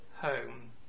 home